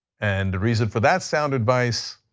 and the reason for that sound advice,